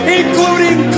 including